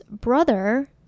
brother